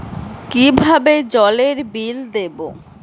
কিভাবে জলের বিল দেবো?